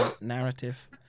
narrative